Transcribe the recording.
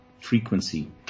frequency